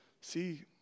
see